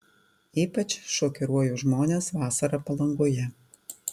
ypač šokiruoju žmones vasarą palangoje